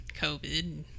covid